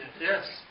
yes